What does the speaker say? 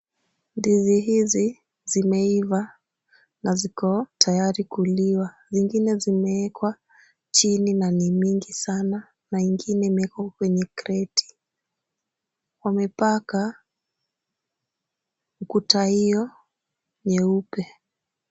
Ndizi hizi zimeiva na ziko tayari kuliwa zingine zimeekwa chini na ni mingi sana na ingine imeekwa kwenye kreti, wamepaka kuta hiyo nyeupe.